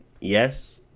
Yes